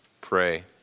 pray